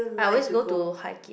I always go to